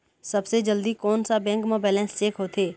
सबसे जल्दी कोन सा बैंक म बैलेंस चेक होथे?